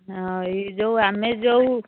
ହଁ ଏଇ ଯେଉଁ ଆମେ ଯେଉଁ